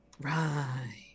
Right